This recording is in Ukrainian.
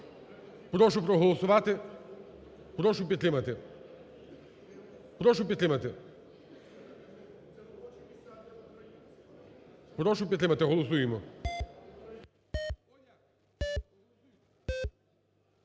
Прошу проголосувати, прошу підтримати. Прошу підтримати. Прошу підтримати, голосуємо.